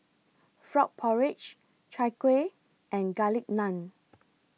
Frog Porridge Chai Kuih and Garlic Naan